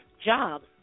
jobs